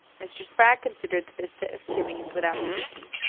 mr. spragg considered the vista of chimneys without speaking,